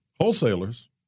wholesalers